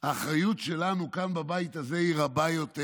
האחריות שלנו כאן בבית הזה היא רבה יותר,